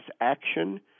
Action